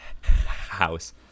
house